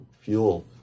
fuel